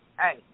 hey